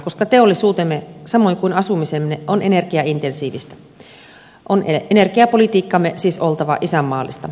koska teollisuutemme samoin kuin asumisemme on energiaintensiivistä on energiapolitiikkamme siis oltava isänmaallista